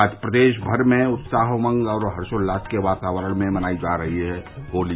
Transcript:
आज प्रदेश भर में उत्साह उमंग और हर्षोल्लास के वातावरण में मनायी जा रही है होली